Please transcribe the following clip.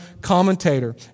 commentator